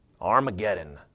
Armageddon